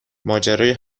ماجرای